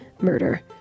murder